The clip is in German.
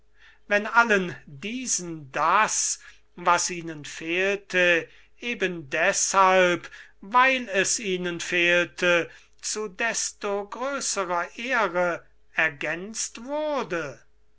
wenn allen diesen das was ihnen fehlte eben deshalb weil es ihnen fehlte zu desto größerer ehre ergänzt wurde